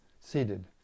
seated